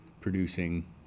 producing